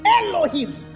Elohim